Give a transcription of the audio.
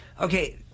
Okay